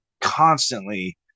constantly